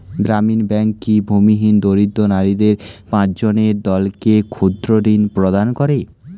গ্রামীণ ব্যাংক কি ভূমিহীন দরিদ্র নারীদের পাঁচজনের দলকে ক্ষুদ্রঋণ প্রদান করে?